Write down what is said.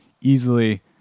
easily